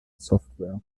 software